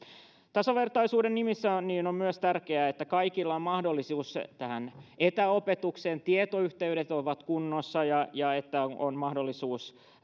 tasavertaisuuden nimissä on myös tärkeää että kaikilla on mahdollisuus etäopetukseen tietoyhteydet ovat kunnossa ja ja on on mahdollisuus